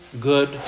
good